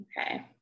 okay